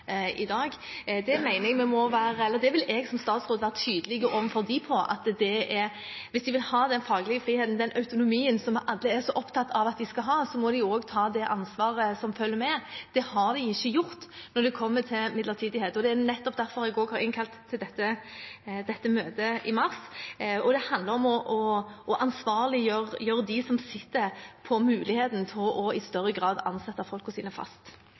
Det vil jeg som statsråd være tydelig på overfor dem – hvis de vil ha den faglige friheten, den autonomien, som vi alle er opptatt av at de skal ha, må de ta det ansvaret som følger med. Det har de ikke gjort når det kommer til midlertidighet. Det er nettopp derfor jeg har innkalt til møtet i mars. Det handler om å ansvarliggjøre dem som sitter på muligheten til i større grad å ansette folkene sine fast.